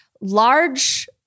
large